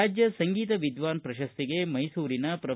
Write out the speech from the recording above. ರಾಜ್ಯ ಸಂಗೀತ ವಿದ್ವಾನ್ ಪ್ರಶಸ್ತಿಗೆ ಮೈಸೂರಿನ ಪ್ರೊ